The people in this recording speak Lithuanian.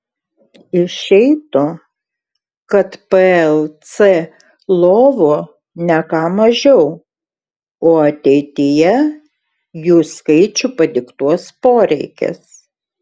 išeitų kad plc lovų ne ką mažiau o ateityje jų skaičių padiktuos poreikis